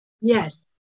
Yes